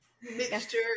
Mixture